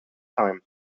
time